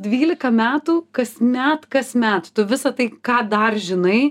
dvylika metų kasmet kasmet tu visą tai ką dar žinai